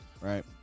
right